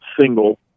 single